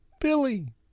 Billy